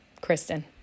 Kristen